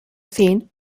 scene